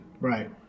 Right